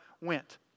went